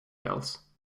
else